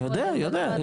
אני יודע.